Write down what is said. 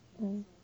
um